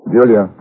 Julia